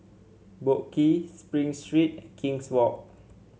Boat Quay Spring Street King's Walk